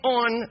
on